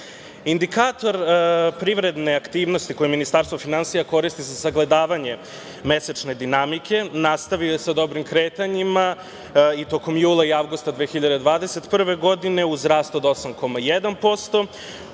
Indikator privredne aktivnosti koje je Ministarstvo finansija koristilo za sagledavanje mesečne dinamike nastavio je sa dobrim kretanjima i tokom jula i avgusta 2021. godine uz rast od 8,1%